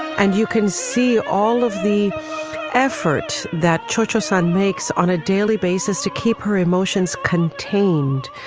and you can see all of the effort that churches on makes on a daily basis to keep her emotions contained.